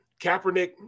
Kaepernick